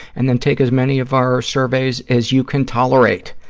and then take as many of our surveys as you can tolerate.